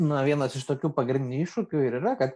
na vienas iš tokių pagrindinių iššūkių ir yra kad